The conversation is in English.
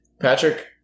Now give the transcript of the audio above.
Patrick